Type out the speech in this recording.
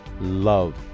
love